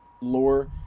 lore